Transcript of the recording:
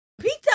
Pizza